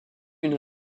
une